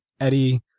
Eddie